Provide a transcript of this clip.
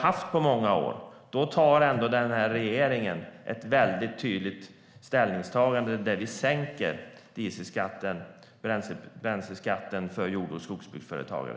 Då gör den här regeringen ett tydligt ställningstagande och sänker dieselskatten, bränsleskatten för jord och skogsbruksföretagare.